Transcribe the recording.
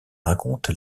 raconte